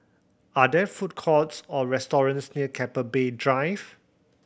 are there food courts or restaurants near Keppel Bay Drive